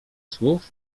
słów